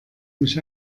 mich